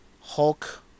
Hulk